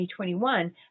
2021